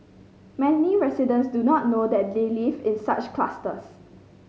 many residents do not know that they live in such clusters